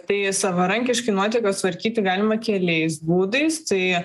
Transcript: tai savarankiškai nuotekas tvarkyti galima keliais būdais tai